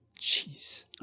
jeez